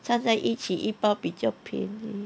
站在一起一包比较贵